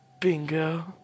Bingo